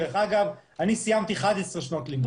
אגב, אני סיימתי 11 שנות לימוד.